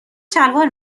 شلوار